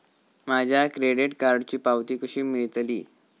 माझ्या क्रेडीट कार्डची पावती कशी मिळतली?